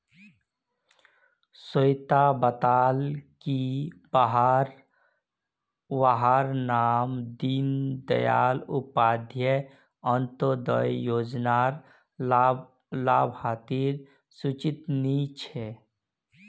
स्वेता बताले की वहार नाम दीं दयाल उपाध्याय अन्तोदय योज्नार लाभार्तिर सूचित नी छे